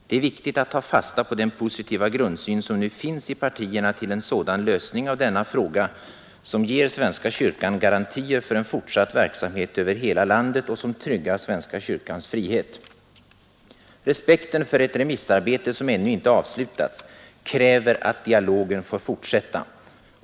Det är viktigt att ta fasta på den positiva grundsyn som nu finns i partierna till en sådan lösning av denna fråga som ger Svenska Kyrkan garantier för en fortsatt verksamhet över hela landet och som tryggar Svenska Kyrkans frihet. Respekten för ett remissarbete som ännu inte avslutats kräver att dialogen får fortsätta.